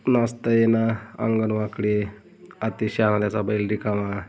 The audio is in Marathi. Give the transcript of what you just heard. नाचता येईना अंगण वाकडी अतिशहाण्याचा बैल रिकामा